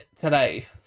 today